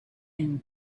and